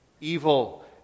evil